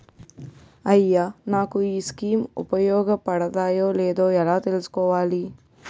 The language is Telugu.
అయ్యా నాకు ఈ స్కీమ్స్ ఉపయోగ పడతయో లేదో ఎలా తులుసుకోవాలి?